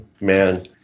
man